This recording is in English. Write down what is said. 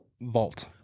vault